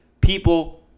people